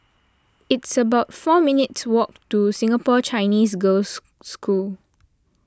it's about four minutes' walk to Singapore Chinese Girls' School